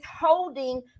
holding